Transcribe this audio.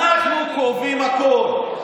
אנחנו קובעים הכול.